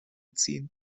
ziehen